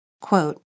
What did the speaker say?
Quote